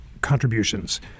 contributions